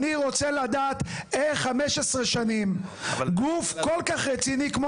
אני רוצה לדעת איך 15 שנים גוף כל כך רציני כמו